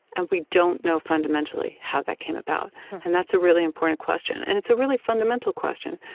and we don't know, fundamentally, how that came about and that's a really important question, and it's a really fundamental question,